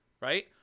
right